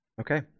Okay